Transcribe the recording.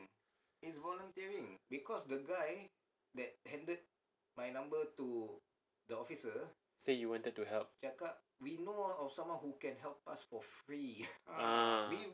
say you wanted to help ah